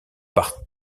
par